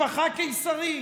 משפחה קיסרית.